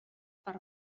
per